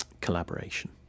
collaboration